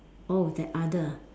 oh that other ah